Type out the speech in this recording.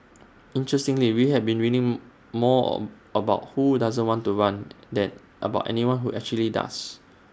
interestingly we have been reading more of about who doesn't want to run than about anyone who actually does